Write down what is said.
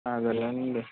అదేలేండి